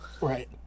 right